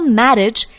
marriage